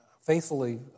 faithfully